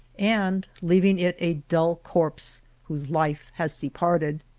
and leaving it a dull corpse whose life has departed.